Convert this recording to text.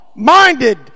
Minded